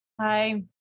Hi